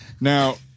Now